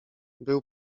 był